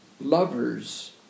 lovers